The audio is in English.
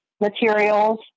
materials